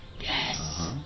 Yes